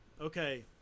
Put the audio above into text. okay